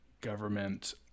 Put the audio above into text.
government